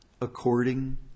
according